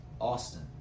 austin